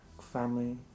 family